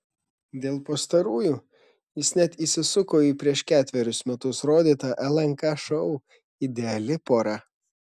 dėl pastarųjų jis net įsisuko į prieš ketverius metus rodytą lnk šou ideali pora